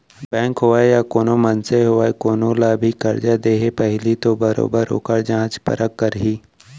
bank होवय या कोनो मनसे होवय कोनो ल भी करजा देके पहिली तो बरोबर ओखर जाँच परख करही